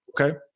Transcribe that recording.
okay